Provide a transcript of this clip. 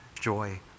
joy